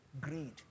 greed